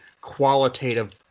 qualitative